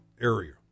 area